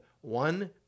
one